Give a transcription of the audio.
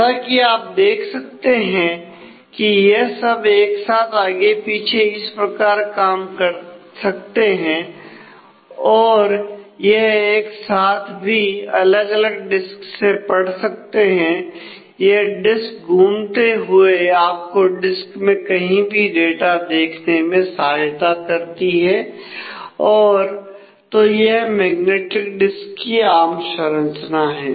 जैसा कि आप देख सकते हैं कि यह सब एक साथ आगे पीछे इस प्रकार काम कर सकते हैं और यह एक साथ भी अलग अलग डिस्क से पढ़ सकते हैं यह डिस्क घूमते हुए आपको डिस्क में कहीं भी डाटा देखने में सहायता करती है तो यह मैग्नेटिक डिस्क की आम संरचना है